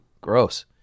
gross